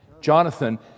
Jonathan